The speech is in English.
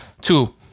Two